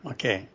Okay